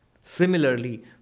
Similarly